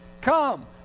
come